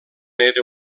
era